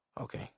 Okay